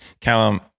Callum